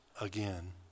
again